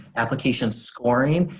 application scoring,